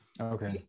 Okay